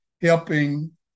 helping